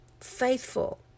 faithful